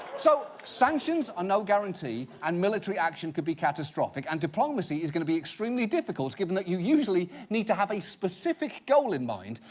so, sanctions are no guarantee and military action could be catastrophic and diplomacy is going to be extremely difficult, given that you usually need to have a specific goal in mind,